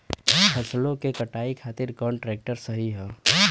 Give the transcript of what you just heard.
फसलों के कटाई खातिर कौन ट्रैक्टर सही ह?